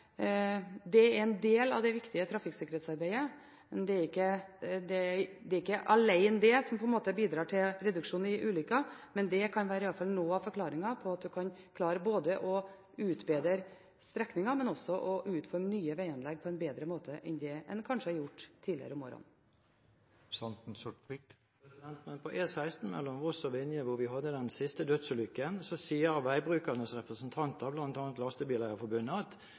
Det er klart at det er en del av det viktige trafikksikkerhetsarbeidet, men det er ikke det alene som bidrar til en reduksjon av ulykker, og det kan i alle fall være noe av forklaringen på at en kan klare både å utbedre strekninger og utforme nye veganlegg på en bedre måte enn det en kanskje har gjort i tidligere år. Når det gjelder E16 mellom Voss og Vinje, hvor den siste dødsulykken skjedde, sier veibrukernes representanter, bl.a. Lastebileier-Forbundet, at